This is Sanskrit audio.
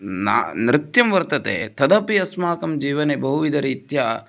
न नृत्यं वर्तते तदपि अस्माकं जीवने बहुविधरीत्या